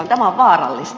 tämä on vaarallista